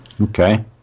Okay